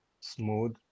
smooth